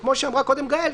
כמו שאמרה קודם גאל,